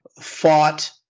fought